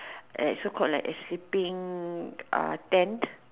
so called a escaping tent